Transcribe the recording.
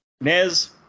Nez